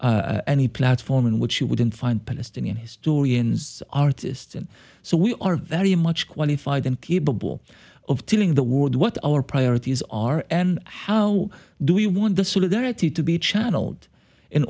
or any platform in which you wouldn't find palestinian historians artists and so we are very much qualified and capable of telling the world what our priorities are and how do we want the sort of their attitude to be channeled in